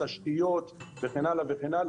תשתיות וכן הלאה וכן הלאה.